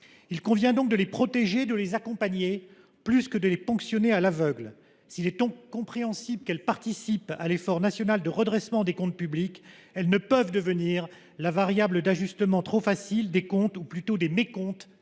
Il convient donc de les protéger, de les accompagner, plus que de les ponctionner à l'aveugle. S'il est compréhensible qu'elles participent à l'effort national de redressement des comptes publics, elles ne peuvent devenir la variable d'ajustement trop facile des comptes ou plutôt des mécontes